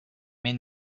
mais